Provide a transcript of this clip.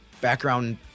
background